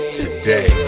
today